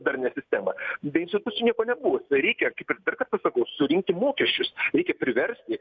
darnią sistemą be insistucijų nieko nebus reikia kaip ir dar kartą sakau surinkti mokesčius reikia priversti